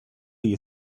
you